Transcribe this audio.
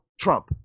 Trump